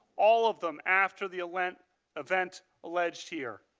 all of them after the event event alleged here.